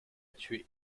tué